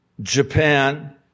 Japan